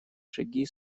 шаги